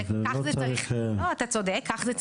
כך זה צריך להיות, אתה צודק.